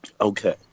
okay